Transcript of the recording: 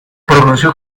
pronunció